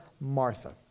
Martha